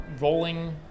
rolling